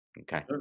Okay